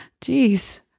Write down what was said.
Jeez